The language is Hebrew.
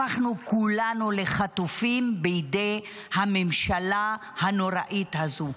הפכנו כולנו לחטופים בידי הממשלה הנוראית הזאת.